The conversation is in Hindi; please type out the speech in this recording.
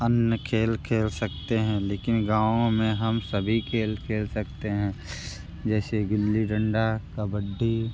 अन्य खेल खेल सकते हैं लेकिन गाँवो में हम सभी खेल खेल सकते हैं जैसे गिल्ली डंडा कबड्डी